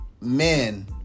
men